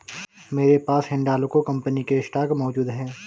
मेरे पास हिंडालको कंपनी के स्टॉक मौजूद है